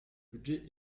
budget